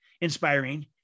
inspiring